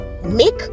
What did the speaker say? Make